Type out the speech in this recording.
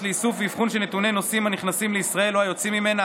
לאיסוף ואבחון של נתוני נוסעים הנכנסים לישראל או היוצאים ממנה,